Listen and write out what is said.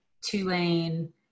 Tulane